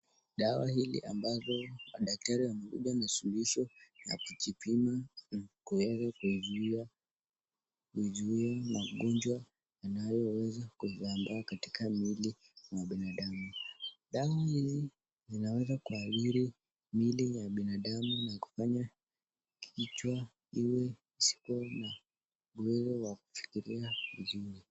dawa hili ambalo madaktari wamekuja na suluhisho la kujipima na kuweza kuizuia kuizuia magonjwa yanayoweza kuzaambaa katika miili ya binadamu. Dawa hizi zinaweza kuadhiri miili ya binadamu na kufanya kichwa iwe isikuwa na uwezo wa kufikiria vizuri.